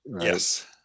Yes